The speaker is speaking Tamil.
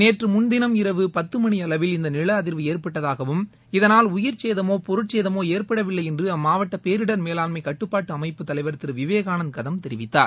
நேற்று முன்தினம் இரவு பத்து மணி அளவில் இந்த நில அதிர்வு ஏற்பட்டதாகவும் இதனால் உயிர்ச்சேதமோ பொருட்சேதமோ ஏற்படவில்லை என்று அம்மாவட்ட பேரிடர் மேலாண்மை கட்டுப்பாட்டு அமைப்பு தலைவர் திரு விவேகானந்த் கதம் தெரிவித்தார்